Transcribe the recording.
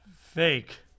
Fake